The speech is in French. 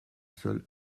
seul